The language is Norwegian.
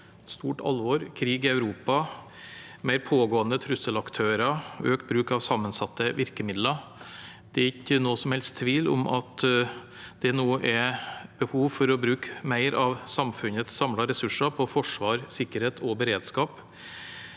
stort alvor, krig i Europa, mer pågående trusselaktører og økt bruk av sammensatte virkemidler. Det er ikke noen som helst tvil om at det nå er behov for å bruke mer av samfunnets samlede ressurser på forsvar, sikkerhet og beredskap.